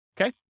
okay